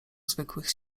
zwykłych